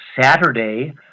Saturday